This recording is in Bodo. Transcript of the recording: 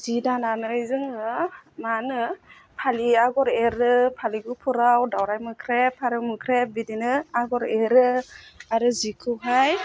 जि दानानै जोङो मा होनो फालि आगर एरो फालि गुफुराव दाउराइ मोख्रेब फारौ मोख्रेब बिदिनो आगर एरो आरो जिखौहाय